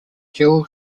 dual